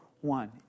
one